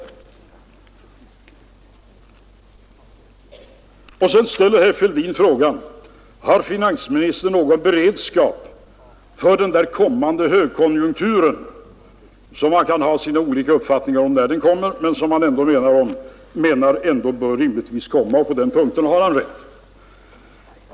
Herr Fälldin frågade om finansministern har någon beredskap för den kommande högkonjunktur som man kan ha olika uppfattningar om när den kommer men som herr Fälldin ändå menar rimligtvis bör komma. På den punkten har herr Fälldin rätt.